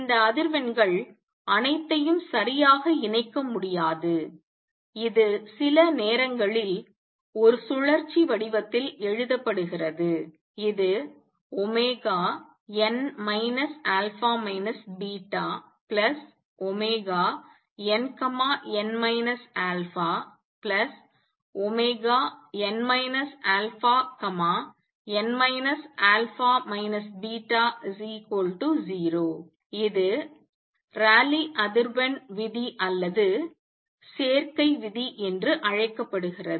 இந்த அதிர்வெண்கள் அனைத்தையும் சரியாக இணைக்க முடியாது இது சில நேரங்களில் ஒரு சுழற்சி வடிவத்தில் எழுதப்படுகிறது இது n α βnn αn αn α β0 இது ராலி அதிர்வெண் விதி அல்லது சேர்க்கை விதி என்று அழைக்கப்படுகிறது